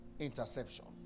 interception